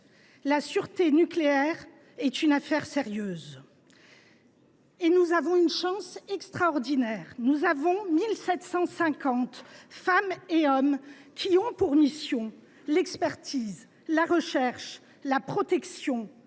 La sûreté nucléaire est une affaire sérieuse. En France, nous avons la chance extraordinaire de disposer de 1750 femmes et hommes ayant pour mission l’expertise, la recherche, la protection,